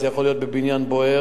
זה יכול להיות בבניין בוער,